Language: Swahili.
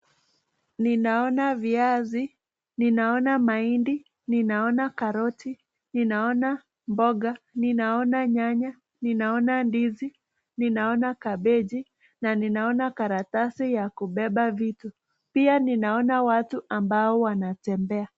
Ninaona viazi, ninaona mahindi, ninaona karoti, ninaona mboga, ninaona nyanya, ninaona ndizi, ninaona kabeji na ninaona karatasi ya kubeba vitu. Pia, ninaona watu ambao wanatembea.